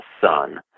son